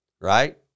Right